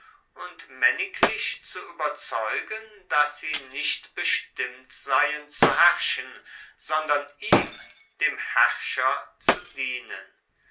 und männiglich zu überzeugen daß sie nicht bestimmt seien zu herrschen sondern ihm dem herrscher zu dienen